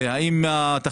מה שאני הבנתי,